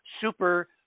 super